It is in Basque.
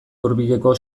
hurbileko